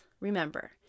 Remember